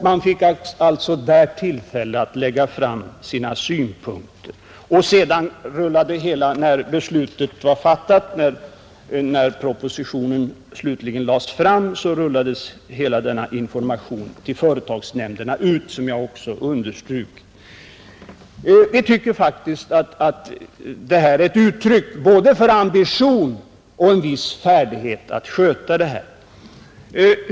Dessa fick alltså tillfälle att lägga fram sina synpunkter. När beslutet var fattat och propositionen slutligen lades fram rullades hela denna breda information till företagsnämnderna ut. Vi tycker faktiskt att detta är ett uttryck för både ambition och en viss färdighet att sköta denna sak.